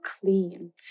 clean